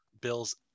Bills